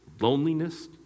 loneliness